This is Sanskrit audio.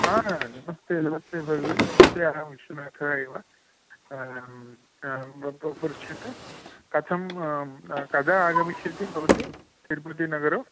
हा नमस्ते नमस्ते भगिनी नमस्ते अहं विश्वनाथः एव पृच्छेत् कथं कदा आगमिष्यति भवती तिरुपतिनगरं